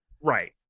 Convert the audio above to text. Right